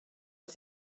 els